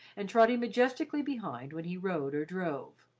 and trotting majestically behind when he rode or drove.